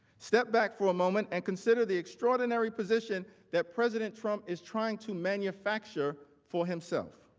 step back for moment and consider the extraordinary position that president trump is trying to manufacture for himself.